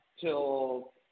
till